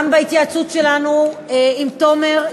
גם בהתייעצות שלנו עם תומר,